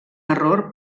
error